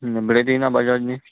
ને પ્લેટિના બજાજની